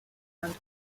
and